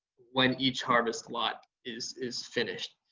when each harvest lot is is finished.